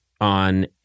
on